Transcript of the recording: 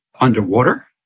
underwater